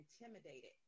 intimidated